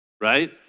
right